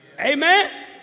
Amen